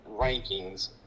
rankings –